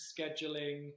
scheduling